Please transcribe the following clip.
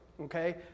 okay